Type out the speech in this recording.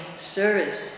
service